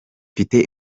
mfite